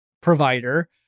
provider